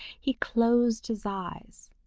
he closed his eyes.